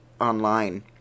online